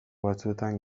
batzuetan